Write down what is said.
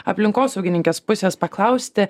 aplinkosaugininkės pusės paklausti